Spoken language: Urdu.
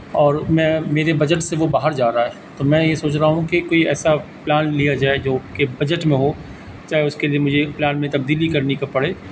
اور میں میرے بجٹ سے وہ باہر جا رہا ہے تو میں یہ سوچ رہا ہوں کہ کوئی ایسا پلان لیا جائے جو کہ بجٹ میں ہو چاہے اس کے لیے مجھے پلان میں تبدیلی کرنے کا پڑے